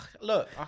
look